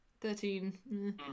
Thirteen